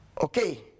Okay